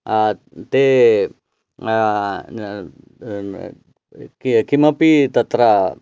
ते कि किमपि तत्र